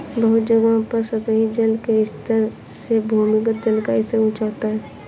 बहुत जगहों पर सतही जल के स्तर से भूमिगत जल का स्तर ऊँचा होता है